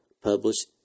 published